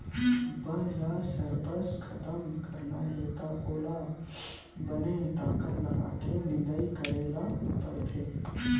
बन ल सरबस खतम करना हे त ओला बने ताकत लगाके निंदई करे ल परथे